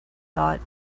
thought